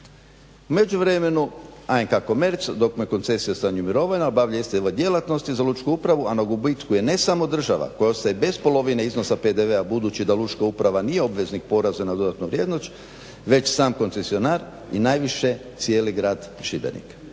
U međuvremenu ANK Komerce dok mu je koncesija u stanju mirovina obavlja iste ove djelatnosti za lučku upravu a na gubitku je ne samo država koje ostaje bez polovine iznosa PDV-a budući da lučka uprava nije obveznik poreza na dodanu vrijednost već sam koncesionar i najviše cijeli grad Šibenik.